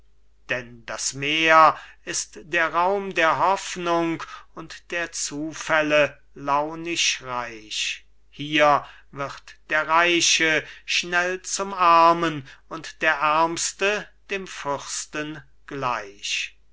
denn das meer ist der raum der hoffnung und der zufälle launisch reich hier wird der reiche schnell zum armen und der ärmste dem fürsten gleich